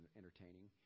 entertaining